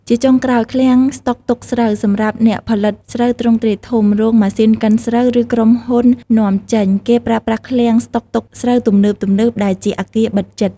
ជាចុងក្រោយឃ្លាំងស្តុកទុកស្រូវ សម្រាប់អ្នកផលិតស្រូវទ្រង់ទ្រាយធំ រោងម៉ាស៊ីនកិនស្រូវ ឬក្រុមហ៊ុននាំចេញ គេប្រើប្រាស់ឃ្លាំងស្តុកទុកស្រូវទំនើបៗ ដែលជាអគារបិទជិត ។